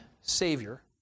Savior